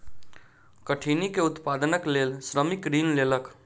कठिनी के उत्पादनक लेल श्रमिक ऋण लेलक